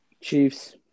Chiefs